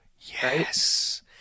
Yes